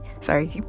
sorry